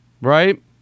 Right